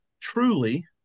truly